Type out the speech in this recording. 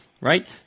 right